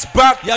back